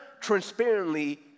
transparently